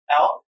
out